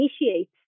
initiate